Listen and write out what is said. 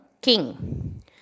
king